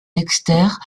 dexter